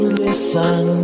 listen